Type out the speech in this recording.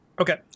Okay